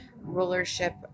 Rulership